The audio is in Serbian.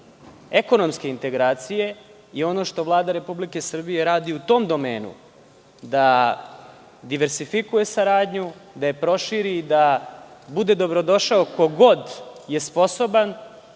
ekonomske integracije i ono što Vlada Republike Srbije radi u tom domenu da diversifikuje saradnju, da je proširi i da bude dobrodošao ko god je sposoban,